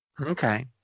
Okay